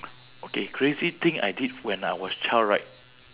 okay crazy thing I did when I was child right